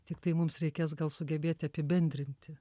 tiktai mums reikės gal sugebėti apibendrinti